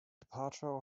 departure